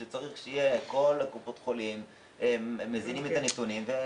שיהיו כל קופות החולים והנתונים יוזנו.